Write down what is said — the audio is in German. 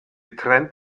trend